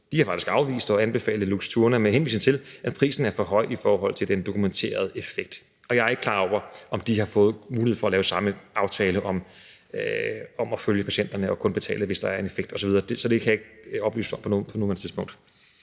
faktisk har afvist at anbefale Luxturna, med henvisning til at prisen er for høj i forhold til den dokumenterede effekt. Og jeg er ikke klar over, om de har fået mulighed for at lave samme aftale om at følge patienterne og kun betale, hvis der er en effekt osv. Så det kan jeg ikke oplyse om på nuværende tidspunkt.